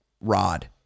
rod